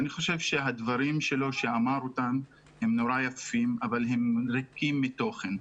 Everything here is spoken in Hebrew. אני חושב שהדברים שהוא אמר הם נורא יפים אבל הם ריקים מתוכן,